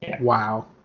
Wow